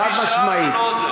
חד-משמעית.